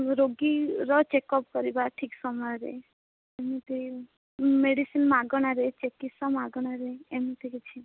ରୋଗୀର ଚେକପ୍ କରିବା ଠିକ ସମୟରେ ଯେମିତି ମେଡ଼ିସିନ୍ ମାଗଣାରେ ଚିକିତ୍ସା ମାଗଣାରେ ଏମିତି କିଛି